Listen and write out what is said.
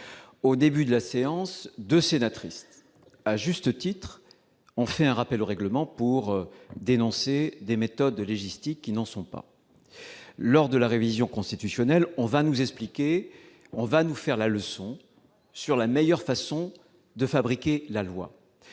En début de séance, deux sénatrices ont à juste titre effectué un rappel au règlement pour dénoncer des méthodes légistiques qui n'en sont pas. Pourtant, lors de la révision constitutionnelle, on ne manquera sans doute pas de nous faire la leçon sur la meilleure façon de fabriquer la loi